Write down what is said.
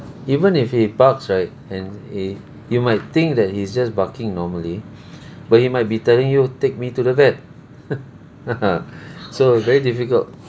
even if he barks right and you might think that he's just barking normally but he might be telling you take me to the vet so it's very difficult